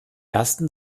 ersten